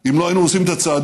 אם לא היינו עושים את הצעדים,